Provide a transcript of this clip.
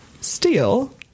steal